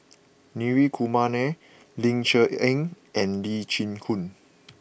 Hri Kumar Nair Ling Cher Eng and Lee Chin Koon